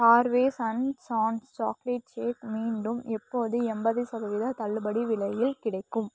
Harveys and sons chocolate shake மீண்டும் எப்போது எண்பது சதவீதம் தள்ளுபடி விலையில் கிடைக்கும்